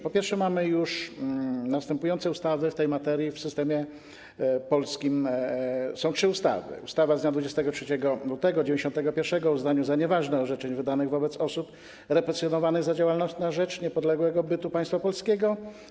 Po pierwsze, mamy już następujące ustawy w tej materii, w systemie polskim są trzy ustawy: ustawa z dnia 23 lutego 1991 r. o uznaniu za nieważne orzeczeń wydanych wobec osób represjonowanych za działalność na rzecz niepodległego bytu Państwa Polskiego.